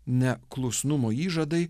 ne klusnumo įžadai